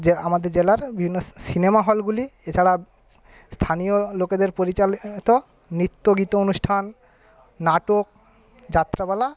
যে আমাদের জেলার বিভিন্ন সিনেমা হলগুলি এছাড়া স্থানীয় লোকেদের পরিচালিত নৃত্যগীত অনুষ্ঠান নাটক যাত্রাপালা